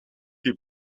die